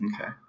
okay